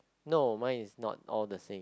no mine is not all the same